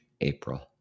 April